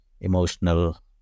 emotional